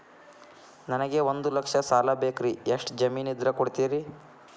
ನನಗೆ ಒಂದು ಲಕ್ಷ ಸಾಲ ಬೇಕ್ರಿ ಎಷ್ಟು ಜಮೇನ್ ಇದ್ರ ಕೊಡ್ತೇರಿ?